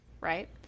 right